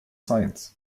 science